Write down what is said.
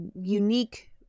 unique